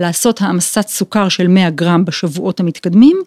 ‫לעשות העמסת סוכר של 100 גרם ‫בשבועות המתקדמים.